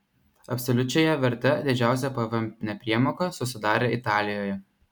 absoliučiąja verte didžiausia pvm nepriemoka susidarė italijoje